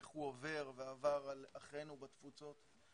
איך הוא עובר ועבר על אחינו בתפוצות.